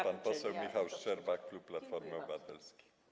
Pan poseł Michał Szczerba, klub Platformy Obywatelskiej.